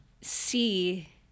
see